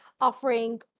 offering